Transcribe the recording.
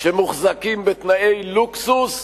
שמוחזקים בתנאי לוקסוס,